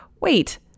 wait